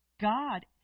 God